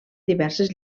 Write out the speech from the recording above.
diverses